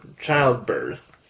childbirth